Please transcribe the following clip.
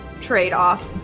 trade-off